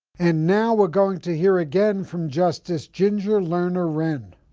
and now, we're going to hear again from justice ginger lerner-wren.